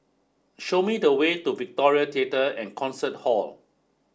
show me the way to Victoria Theatre and Concert Hall